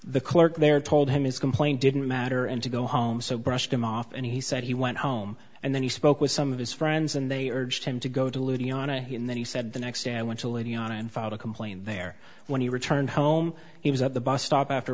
the clerk there told him his complaint didn't matter and to go home so brushed him off and he said he went home and then he spoke with some of his friends and they urged him to go to louisiana and then he said the next day i went to lady on and filed a complaint there when he returned home he was at the bus stop after